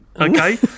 Okay